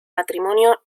matrimonio